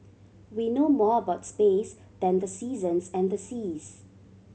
we know more about space than the seasons and the seas